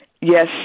yes